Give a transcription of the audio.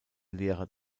lehrer